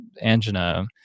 angina